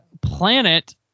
planet